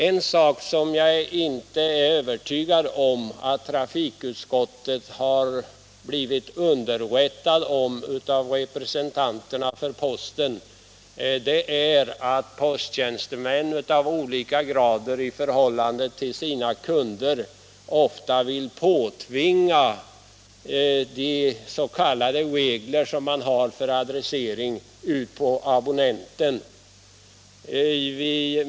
Er sak som jag inte är säker på att trafikutskottet har blivit underrättat om av representanterna för posten är att posttjänstemän av olika grader ofta vill påtvinga abonnenterna de s.k. regler som man har för adressering.